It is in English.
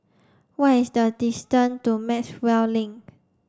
what is the distance to Maxwell Link